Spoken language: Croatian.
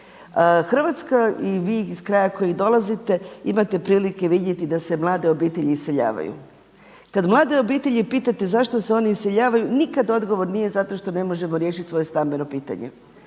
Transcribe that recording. Hrvatska i vi iz kraja iz kojeg dolazite imate prilike vidjeti da se mlade obitelji iseljavaju. Kada mlade obitelji pitate zašto se oni iseljavaju nikad odgovor nije zato što ne možemo riješiti svoje stambeno pitanje.